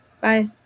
bye